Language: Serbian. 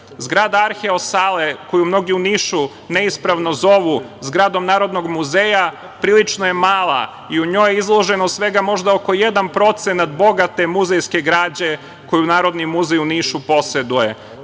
Zgrada arheo sale, koji mnogi u Nišu neispravno zovu zgradom Narodnog muzeja, prilično je mala i u njoj je izloženo svega možda oko 1% bogate muzejske građen koju Narodni muzej u Nišu poseduje. Zbog